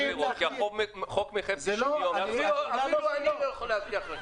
רק ביבי יכול להבטיח.